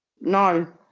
No